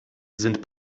sind